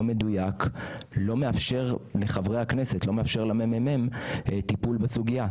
לא מדויק ושלא מאפשר לחברי הכנסת ולמ.מ.מ טיפול בסוגיה.